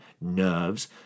nerves